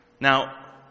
Now